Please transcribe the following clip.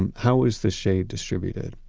and how was the shade distributed?